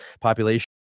population